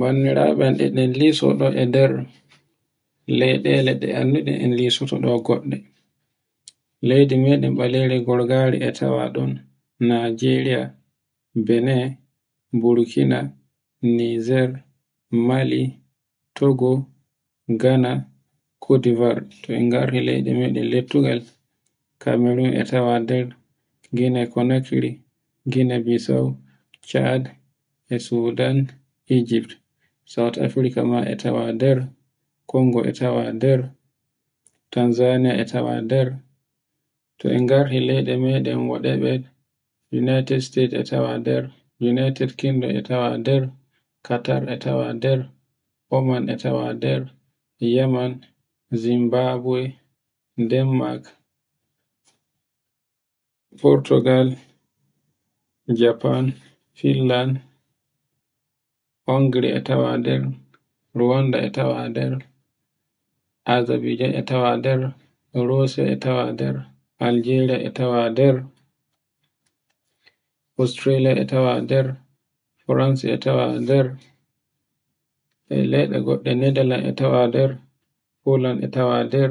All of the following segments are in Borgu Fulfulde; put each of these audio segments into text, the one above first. bandiraɓe e ɗen liso ɗo e nder lede leɗe annduɗen, en lisoto ɗo goɗɗe, leydi meɗen baleri gorgari e tawa ɗun Najeriya, Benin, nijer, Burkina, Mali, Togo, Ghana, Cote'd ivore. To en garti leydi meɗen lettugal Cameroon e tawa, Guinea Conakry, Guinea Bissau, Chad, e sudan egypt, South Afrika ma e tawa nder, Congo e tawa nder, tanzaniya a tawa nder, to en garti leyde maden wodebe, United State e tawa nde, United Kingdom e tawa nder, Qatar e tawa nde, Oman e tawa nder, yeman, Zimbabwe, Denmark, Purtugal, Japan, finland, Hungary e tawa nder, Rwanda e tawa nder, Arzabeyjan e tawa nder, Russia e tawa nder, Aljeria a tawa nder, Australia e tawa nder, France e tawa nder e leyde godde Nethaland e tawa nder, Porland e tawa nder,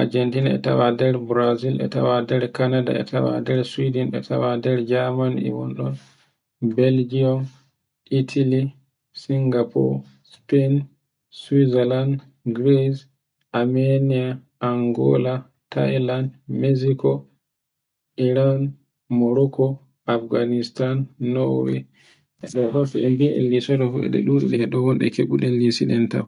Argentina e tawa nder, Brazil e tawa nder, Canada e tawa nder, Sweden e tawa nder, Germany e woni don, Belgium, Italy, Singapore, Spain, Sweathland, Greece, Armenia, Angola, Thailand, Mexico iran Morocco, Afghanistan, Norway, e de vo e to en gi en liso to fu ede dudude, do wade ko kebuden liso ton tan.